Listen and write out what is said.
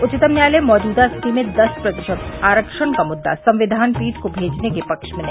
उच्चतम न्यायालय मौजूदा स्थिति में दस प्रतिशत आरक्षण का मुद्दा संविधान पीठ को भेजने के पक्ष में नहीं